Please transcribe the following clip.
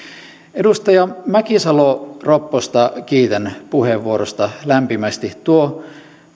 edustaja mäkisalo ropposta kiitän puheenvuorosta lämpimästi